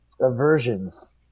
aversions